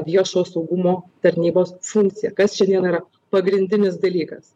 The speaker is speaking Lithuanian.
viešo saugumo tarnybos funkciją kas šiandien yra pagrindinis dalykas